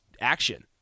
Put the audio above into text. action